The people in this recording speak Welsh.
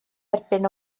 erbyn